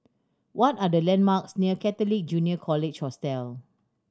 what are the landmarks near Catholic Junior College Hostel